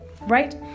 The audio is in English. right